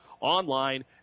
online